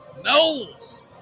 Knowles